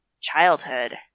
childhood